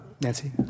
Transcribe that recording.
Nancy